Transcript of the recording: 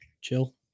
chill